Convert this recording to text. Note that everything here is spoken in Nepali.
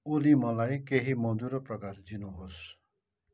ओली मलाई केही मधुरो प्रकाश दिनुहोस्